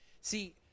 See